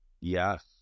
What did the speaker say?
yes